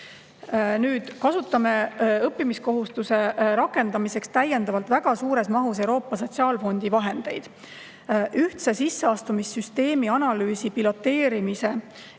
protsessis. Õppimiskohustuse rakendamiseks kasutame täiendavalt väga suures mahus Euroopa Sotsiaalfondi vahendeid. Ühtse sisseastumissüsteemi analüüsi piloteerimine,